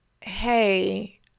hey